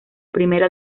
primera